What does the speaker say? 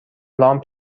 لامپ